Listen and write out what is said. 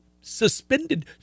suspended